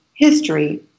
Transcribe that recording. history